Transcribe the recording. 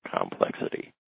complexity